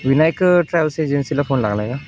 Vinayak travels एजन्सीला phone लागला आहे का